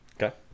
Okay